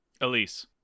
elise